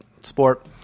sport